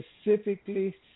specifically